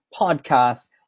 podcasts